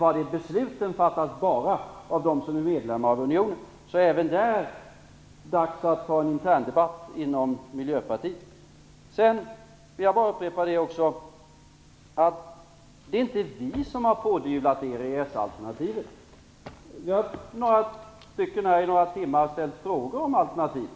Men besluten fattas bara av dem som är medlemmar i unionen, så även här är det dags att ta en interndebatt inom Sedan vill jag också bara upprepa att det inte är vi som har pådyvlat er EES-alternativet. Nu har några stycken här under några timmar ställt frågor om alternativen.